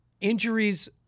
injuries